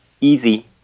easy